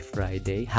Friday